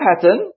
pattern